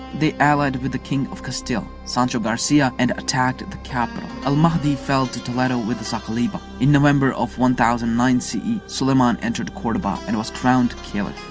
the allied with the king of castile, sancho garcia, and attacked the capital. al-mahdi fell to toledo with the saqaliba. in november of one thousand and nine ce, sulayman entered cordoba and was crowned caliph.